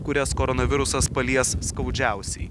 kurias koronavirusas palies skaudžiausiai